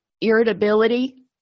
irritability